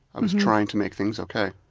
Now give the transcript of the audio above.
i was trying to make things ok.